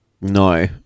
No